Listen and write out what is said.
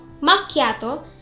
Macchiato